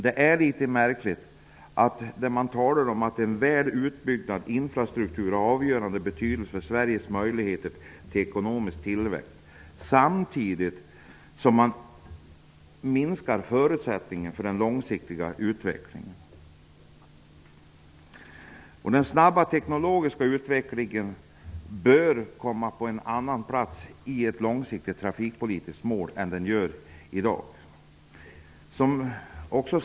Det är litet märkligt att man säger att en väl utbyggd infrastruktur har avgörande betydelse för Sveriges möjligheter till ekonomisk tillväxt. Samtidigt minskar man ju förutsättningarna för en långsiktig utveckling. Den snabba teknologiska utvecklingen bör i fråga om de långsiktiga målen för trafikpolitiken prioriteras på ett annat sätt än som i dag är fallet.